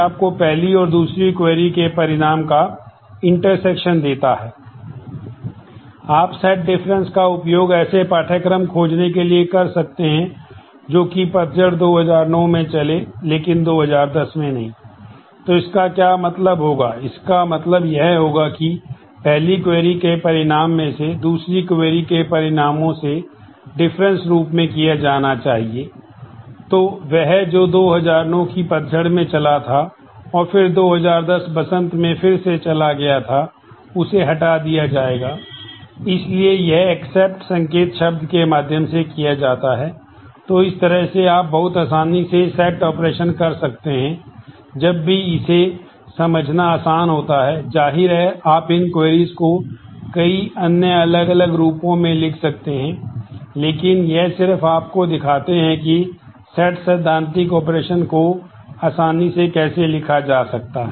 आप set difference को आसानी से कैसे लिखा जा सकता है